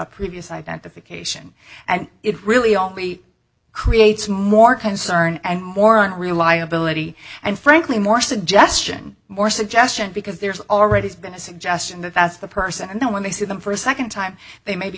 previous identification and it really only creates more concern and more on reliability and frankly more suggestion more suggestion because there's already been a suggestion that that's the person and then when they see them for a second time they may be